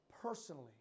personally